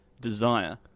desire